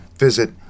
Visit